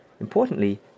Importantly